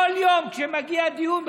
כל יום כשמגיע דיון,